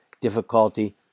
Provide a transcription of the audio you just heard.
difficulty